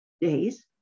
days